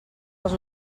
els